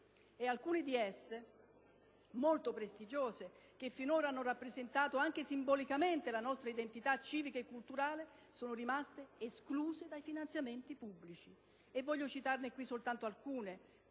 Alcune di esse, molto prestigiose, che finora hanno rappresentato anche simbolicamente la nostra identità civica e culturale sono rimaste escluse dai finanziamenti pubblici. Voglio citarne qui soltanto alcune;